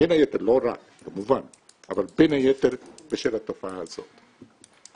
לא רק, כמובן, בשל התופעה הזאת.